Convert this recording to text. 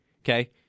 Okay